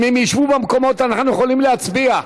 אם הם ישבו במקומות, אנחנו יכולים להצביע.